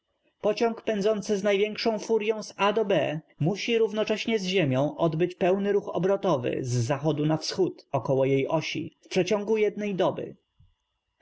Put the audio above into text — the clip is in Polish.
pociąg pędzący z naj w iększą furyą z a do b musi rów nocześnie z ziemią odbyć pełny ruch o b ro to w y z za chodu na w schód około jej osi w przeciągu jednej doby